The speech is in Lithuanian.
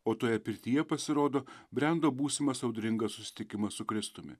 o toje pirtyje pasirodo brendo būsimas audringas susitikimas su kristumi